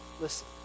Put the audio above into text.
listen